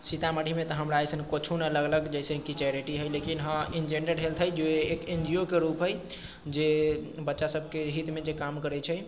सीतामढ़ीमे तऽ हमरा अइसन किछु नहि लगलक जइसे की चैरिटी हइ लेकिन हँ ई ने जनरल हेल्थ हइ जे एक एन जी ओ के रूप है जे बच्चा सबके हितमे जे काम करैत छै